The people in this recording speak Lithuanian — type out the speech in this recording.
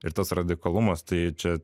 ir tas radikalumas tai čia